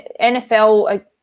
NFL